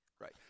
Right